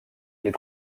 les